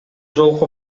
жолку